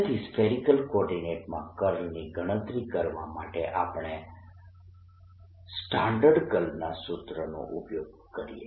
તેથી સ્ફેરીકલ કોર્ડીનેટસમાં કર્લની ગણતરી કરવા માટે આપણે સ્ટેન્ડર્ડ કર્લના સૂત્ર નો ઉપયોગ કરીએ